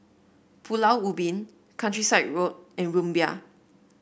Pulau Ubin Countryside Road and Rumbia